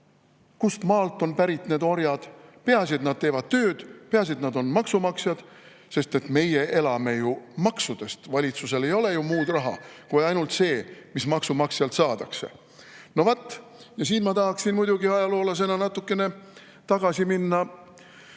kust maalt need orjad pärit on, peaasi et nad teevad tööd, peaasi et nad on maksumaksjad, sest meie elame ju maksudest. Valitsusel ei ole ju muud raha kui ainult see, mis maksumaksjalt saadakse. No vaat, ja siin ma tahaksin muidugi ajaloolasena minna natukene tagasi